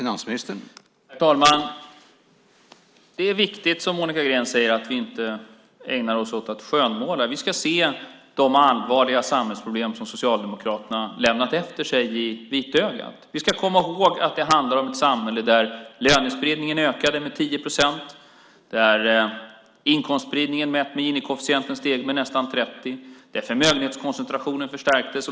Herr talman! Det är viktigt, som Monica Green säger, att vi inte ägnar oss åt att skönmåla. Vi ska se de allvarliga samhällsproblem som Socialdemokraterna har lämnat efter sig i vitögat. Vi ska komma ihåg att det handlar om ett samhälle där lönespridningen ökade med 10 procent, där inkomstspridningen med Gini-koefficienten steg med nästan 30 procent, där förmögenhetskoncentrationen förstärktes.